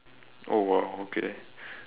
oh !wow! okay